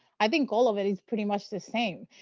i think all of it is pretty much the same.